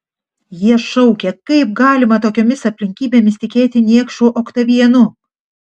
jie šaukė kaip galima tokiomis aplinkybėmis tikėti niekšu oktavianu